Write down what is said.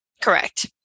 Correct